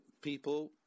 people